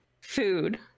food